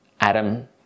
Adam